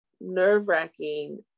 nerve-wracking